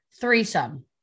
threesome